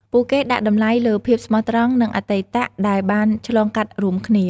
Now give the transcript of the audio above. ពួកគេដាក់តម្លៃលើភាពស្មោះត្រង់ និងអតីតដែលបានឆ្លងកាត់រួមគ្នា។